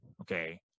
okay